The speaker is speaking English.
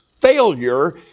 failure